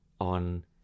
on